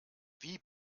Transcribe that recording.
wie